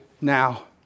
now